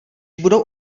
budou